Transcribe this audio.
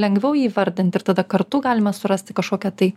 lengviau įvardint ir tada kartu galima surast kažkokią tai